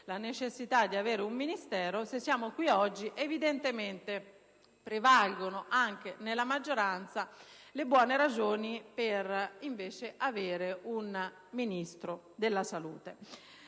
la necessità di avere un Ministero - evidentemente prevalgono, anche nella maggioranza, le buone ragioni per avere un Ministro della salute.